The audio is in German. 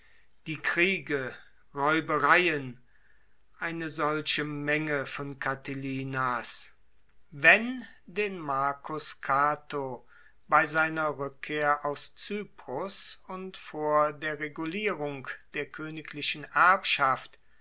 die kriege räubereien eine solche menge von catilinas wenn den marcus cato bei seiner rückkehr aus cyprus und von der regulirung der königlichen erbschaft